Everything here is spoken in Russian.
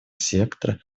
сектора